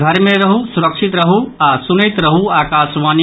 घर मे रहू सुरक्षित रहू आ सुनैत रहू आकाशवाणी